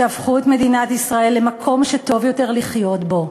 שהפכו את מדינת ישראל למקום שטוב יותר לחיות בו,